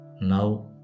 Now